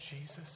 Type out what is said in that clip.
Jesus